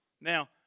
Now